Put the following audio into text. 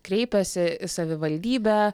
kreipėsi į savivaldybę